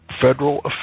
federal